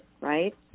right